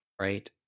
right